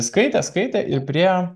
skaitė skaitė ir priėjo